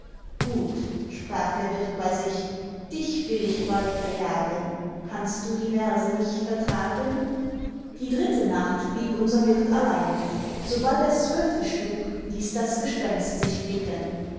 gut sprach der wirt bei sich dich will ich bald verjagen kannst du die verse nicht vertragen die dritte nacht blieb unser wirt allein sobald es zwölfe schlug ließ das gespenst sich blicken